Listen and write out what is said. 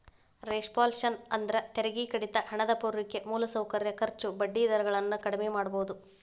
reflation ಅಂದ್ರ ತೆರಿಗೆ ಕಡಿತ ಹಣದ ಪೂರೈಕೆ ಮೂಲಸೌಕರ್ಯ ಖರ್ಚು ಬಡ್ಡಿ ದರ ಗಳನ್ನ ಕಡ್ಮಿ ಮಾಡುದು